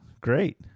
Great